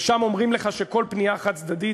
ושם אומרים לך שכל פנייה חד-צדדית,